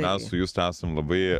mes su juste esame labai